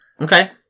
Okay